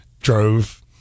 drove